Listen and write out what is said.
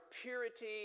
purity